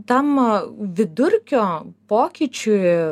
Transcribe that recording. tam vidurkio pokyčiui